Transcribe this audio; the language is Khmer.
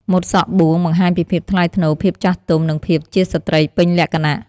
ម៉ូតសក់បួងបង្ហាញពីភាពថ្លៃថ្នូរ ភាពចាស់ទុំ និងភាពជាស្ត្រីពេញលក្ខណៈ។